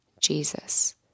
Jesus